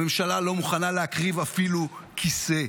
הממשלה לא מוכנה להקריב אפילו כיסא.